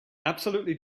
absolutely